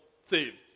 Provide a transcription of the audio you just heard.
saved